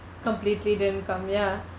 completely didn't come ya